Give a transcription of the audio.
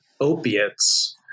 opiates